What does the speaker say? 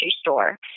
store